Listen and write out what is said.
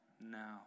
now